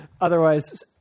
otherwise